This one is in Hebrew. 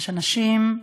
יש אנשים,